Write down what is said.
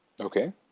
Okay